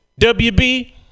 WB